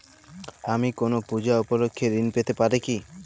আমি কোনো পূজা উপলক্ষ্যে ঋন পেতে পারি কি?